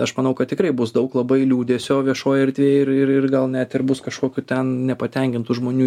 aš manau kad tikrai bus daug labai liūdesio viešojoj erdvėj ir ir ir gal net ir bus kažkokių ten nepatenkintų žmonių